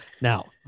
Now